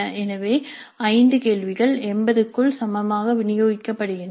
எனவே 5 கேள்விகள் 80 க்குள் சமமாக விநியோகிக்கப்படுகின்றன